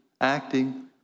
acting